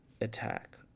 attack